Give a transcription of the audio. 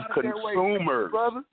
consumers